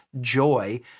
joy